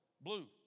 Blue